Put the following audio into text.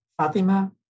Fatima